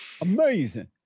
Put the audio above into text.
Amazing